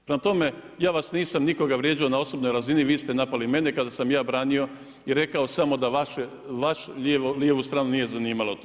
Prema tome, ja vas nisam nikoga vrijeđao na osobnoj razini, vi ste napali mene kada sam ja branio i rekao samo da vašu lijevu stranu nije zanimalo to.